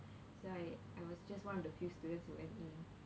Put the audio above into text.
so I I was just one of the few students who went in